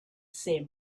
same